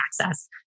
access